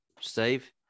Steve